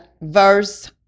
verse